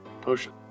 Potion